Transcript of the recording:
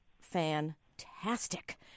fantastic